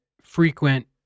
frequent